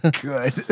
Good